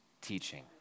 teaching